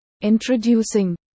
Introducing